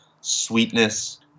sweetness